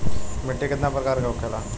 मिट्टी कितना प्रकार के होखेला?